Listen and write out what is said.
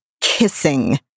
kissing